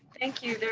thank you,